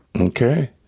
Okay